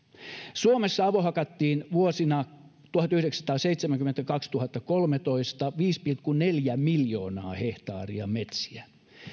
suomessa avohakattiin vuosina tuhatyhdeksänsataaseitsemänkymmentä viiva kaksituhattakolmetoista viisi pilkku neljä miljoonaa hehtaaria metsiä